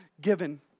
given